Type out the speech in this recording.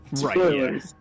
Right